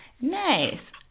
nice